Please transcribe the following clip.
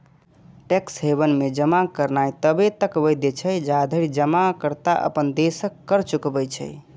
tax haven मे जमा करनाय तबे तक वैध छै, जाधरि जमाकर्ता अपन देशक कर चुकबै छै